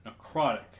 necrotic